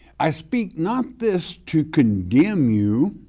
i speak not this to condemn you.